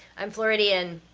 i'm floridian.